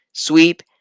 sweep